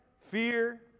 fear